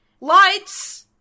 lights